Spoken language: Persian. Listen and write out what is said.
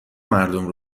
مردم